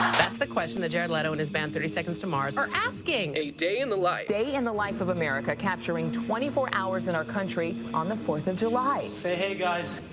that's the question that jared leto and his band thirty seconds to mars are asking a day in the life. day in the life of america, capturing twenty four hours in our country on the fourth of july say hey guys.